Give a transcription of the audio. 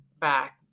Back